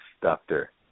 doctor